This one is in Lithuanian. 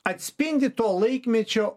atspindi to laikmečio